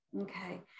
Okay